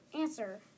Answer